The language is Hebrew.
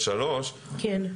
583 אזורים,